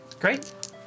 Great